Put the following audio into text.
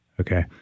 Okay